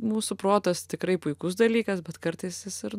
mūsų protas tikrai puikus dalykas bet kartais jis ir